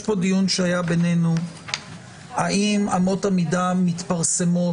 יש פה דיון שהיה בינינו האם אמות המידה מתפרסמות